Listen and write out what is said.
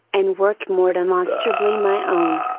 and work more demonstrably my own.